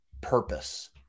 purpose